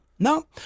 No